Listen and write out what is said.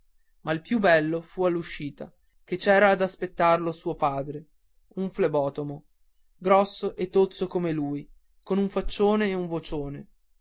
ma il più bello fu all'uscita che c'era a aspettarlo suo padre un flebotomo grosso e tozzo come lui con un faccione e un vocione